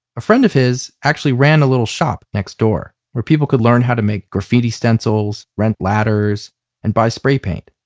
a friend of his actually ran a little shop next door where people could learn how to make graffiti stencils, rent ladders and buy spraypaint.